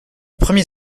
premier